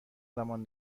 زمان